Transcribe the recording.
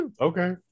Okay